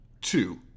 two